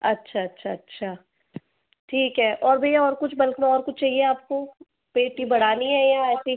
अच्छा अच्छा अच्छा ठीक हैं और भैया और कुछ बल्क में और कुछ चाहिए आपको पेटी बढ़ानी हैं या ऐसी